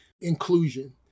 inclusion